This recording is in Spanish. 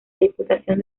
diputación